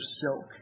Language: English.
silk